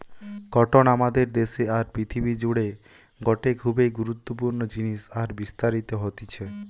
cotton আমাদের দেশে আর পৃথিবী জুড়ে গটে খুবই গুরুত্বপূর্ণ জিনিস আর বিস্তারিত হতিছে